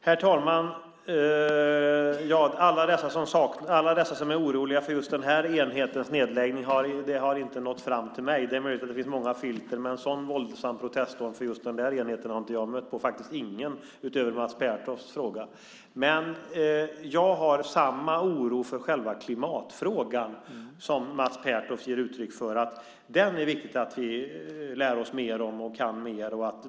Herr talman! Alla dessa som är oroliga för just den här enhetens nedläggning har inte nått fram till mig. Det är möjligt att det finns många filter, men en sådan våldsam proteststorm för just den enheten har jag inte mött. Jag har faktiskt inte mött något alls utöver Mats Pertofts fråga. Men jag känner samma oro för själva klimatfrågan som Mats Pertoft ger uttryck för. Det är viktigt att vi lär oss mer om den så att vi kan mer.